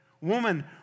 Woman